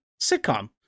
sitcom